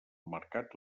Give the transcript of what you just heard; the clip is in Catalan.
mercat